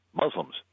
Muslims